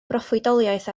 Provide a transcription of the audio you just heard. broffwydoliaeth